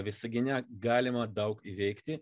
visagine galima daug įveikti